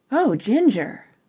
oh, ginger!